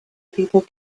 people